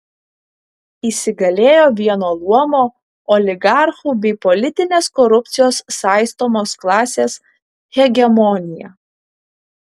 įsigalėjo vieno luomo oligarchų bei politinės korupcijos saistomos klasės hegemonija